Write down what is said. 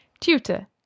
Tutor